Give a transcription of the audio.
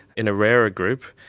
in a rarer group,